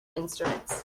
instruments